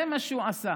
זה מה שהוא עשה.